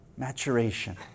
maturation